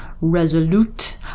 Resolute